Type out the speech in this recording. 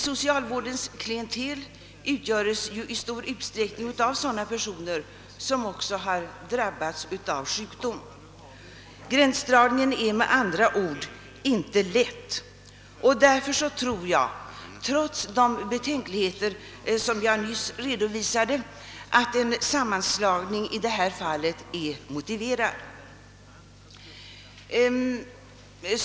Socialvårdens klientel utgöres i stor utsträckning av sådana personer som också drabbats av sjukdom. Gränsdragningen är med andra ord inte lätt. Därför tror jag, trots de betänkligheter som jag nyss redovisade, att en sammanslagning i detta fall är motiverad.